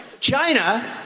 China